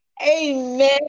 Amen